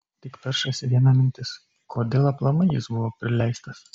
tik peršasi viena mintis kodėl aplamai jis buvo prileistas